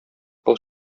кол